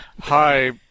Hi